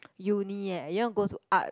uni eh you want to go to art